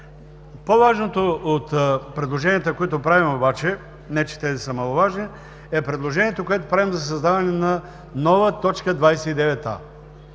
По-важното от предложенията, които правим обаче, не че тези са маловажни, е предложението, което правим за създаване на нова т. 29а.